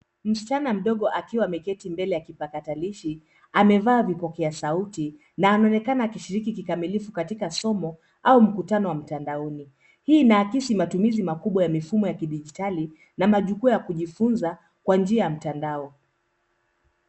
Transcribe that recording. Msichana mdogo akiwa ameketi mbele ya kipakatalishi, amevaa vipokea sauti na anaonekana akishiriki kikamilifu katika somo au mkutano wa mtandaoni. Hii inaakisi matumizi makubwa ya mifumo ya kidijitali, na majukwaa ya kujifunza kwa njia ya mtandao.